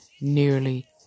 Nearly